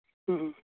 ᱦᱩᱸ ᱦᱩᱸ